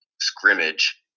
scrimmage